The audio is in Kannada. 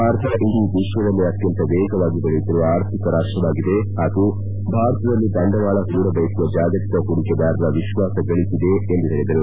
ಭಾರತ ಇಡೀ ವಿಶ್ವದಲ್ಲೇ ಅತ್ಯಂತ ವೇಗವಾಗಿ ಬೆಳೆಯುತ್ತಿರುವ ಆರ್ಥಿಕ ರಾಷ್ಟವಾಗಿದೆ ಹಾಗೂ ಭಾರತದಲ್ಲಿ ಬಂಡವಾಳ ಹೂಡಬಯಸುವ ಜಾಗತಿಕ ಹೂಡಿಕೆದಾರರ ವಿಶ್ವಾಸ ಗಳಿಸಿದೆ ಎಂದು ಹೇಳಿದರು